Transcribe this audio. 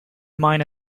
mine